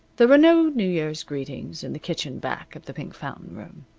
there were no new year's greetings in the kitchen back of the pink fountain room.